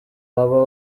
waba